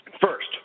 First